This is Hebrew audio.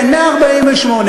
כן, מ-48'.